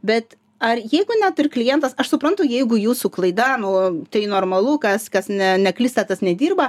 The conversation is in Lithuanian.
bet ar jeigu net ir klientas aš suprantu jeigu jūsų klaida nu tai normalu kas kas ne neklysta tas nedirba